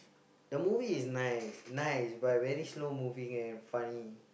the movie is nice nice but very slow movie and funny